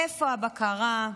איפה הבקרה?